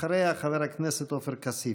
אחריה, חבר הכנסת עופר כסיף.